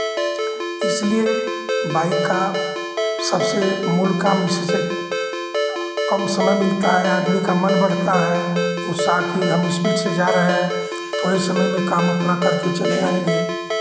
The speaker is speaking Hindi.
इसलिए बाइक का सबसे मूल काम इसी से कम समय मिलता है आदमी का मन बढ़ता है वैसा कि हम स्पीड से जा रहे हैं थोड़े समय में काम अपना करके चले आऍंगे